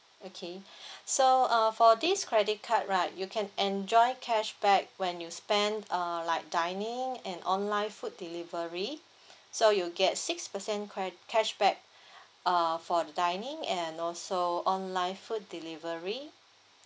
okay so uh for this credit card right you can enjoy a cashback when you spent uh like dining and online food delivery so you get six percent cash cashback uh for dining and also online food delivery